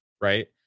right